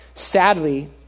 Sadly